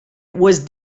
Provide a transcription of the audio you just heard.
was